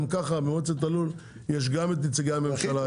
גם כך במועצת הלול יש גם נציגי הממשלה,